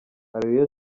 areruya